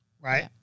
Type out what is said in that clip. Right